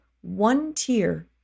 one-tier